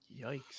yikes